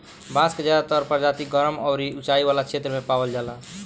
बांस के ज्यादातर प्रजाति गरम अउरी उचाई वाला क्षेत्र में पावल जाला